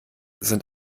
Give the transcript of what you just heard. sind